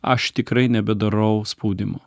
aš tikrai nebedarau spaudimo